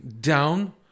down